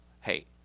hey